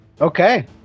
Okay